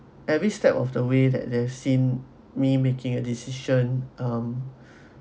every step of the way that they've seen me making a decision um